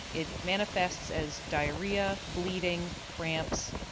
it manifests as diarrhoea, bleeding, cramps,